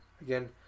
again